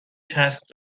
چسب